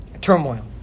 turmoil